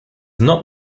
not